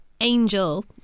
Angel